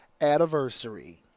anniversary